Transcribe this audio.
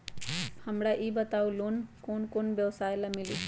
हमरा ई बताऊ लोन कौन कौन व्यवसाय ला मिली?